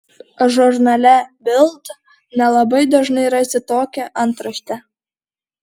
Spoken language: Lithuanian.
žurnale bild nelabai dažnai rasi tokią antraštę